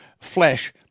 flesh